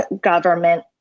government